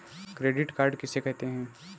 Credit card किसे कहते हैं?